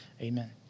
Amen